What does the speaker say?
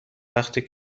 وقتی